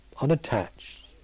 unattached